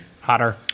hotter